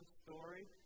story